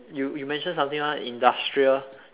you you mentioned something one industrial